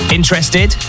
Interested